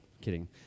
kidding